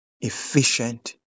efficient